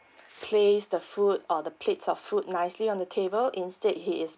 place the food or the plates of food nicely on the table instead he is